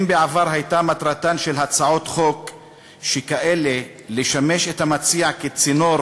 אם בעבר הייתה מטרתן של הצעות חוק שכאלה לשמש את המציע כצינור